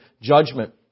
judgment